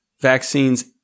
vaccines